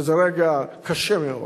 וזה רגע קשה מאוד.